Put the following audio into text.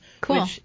Cool